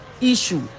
issue